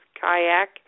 kayak